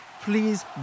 Please